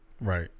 Right